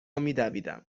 میدویدم